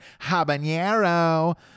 habanero